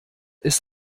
ist